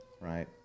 right